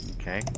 Okay